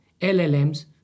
LLMs